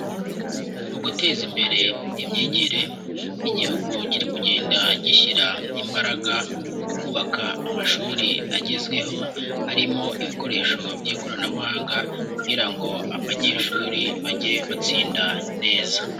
Mu guteza imbere imyigire, Igihugu kiri kugenda gishyira imbaraga mu kubaka amashuri agezweho, arimo ibikoresho by'ikoranabuhanga kugira ngo abanyeshuri bajye batsinda neza.